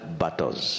battles